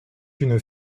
une